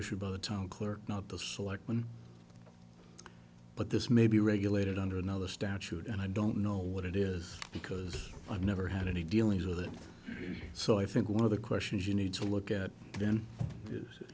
issued by the town clerk not the selectmen but this may be regulated under another statute and i don't know what it is because i've never had any dealings with it so i think one of the questions you need to look at then is